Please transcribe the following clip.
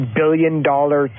billion-dollar